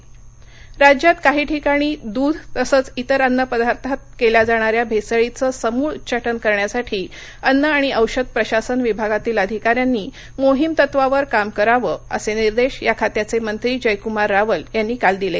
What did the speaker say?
भेसळ निर्देश राज्यात काही ठिकाणी दृध तसंच इतर अन्नपदार्थात केल्या जाणाऱ्या भेसळीचे समूळ उच्चाटन करण्यासाठी अन्न आणि औषध प्रशासन विभागातील अधिकाऱ्यांनी मोहीम तत्वावर काम करावं असे निर्देश या खात्याचे मंत्री जयक्मार रावल यांनी काल दिले